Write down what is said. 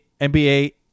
NBA